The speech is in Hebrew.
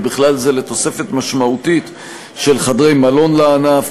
ובכלל זה לתוספת משמעותית של חדרי מלון לענף.